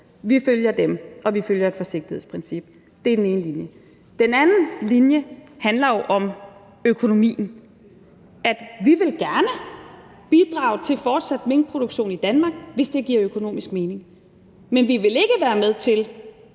Vi følger dem, og vi følger et forsigtighedsprincip. Det er den ene linje. Den anden linje handler jo om økonomien. Vi vil gerne bidrage til fortsat minkproduktion i Danmark, hvis det giver økonomisk mening. Men vi vil ikke være med til